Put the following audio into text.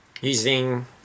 Using